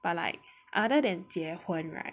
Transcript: but like other than 结婚 right